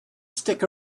stick